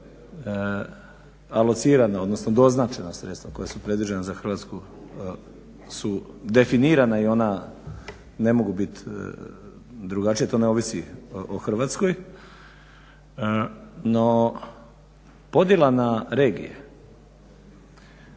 alocirana odnosno doznačena sredstva koja su predviđena za Hrvatsku su definirana i ona ne mogu biti drugačija. To ne ovisi o Hrvatskoj no podjela na regije